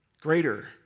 Greater